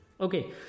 okay